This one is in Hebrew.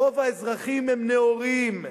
רוב האזרחים הם נאורים.